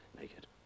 naked